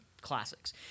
classics